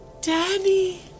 Danny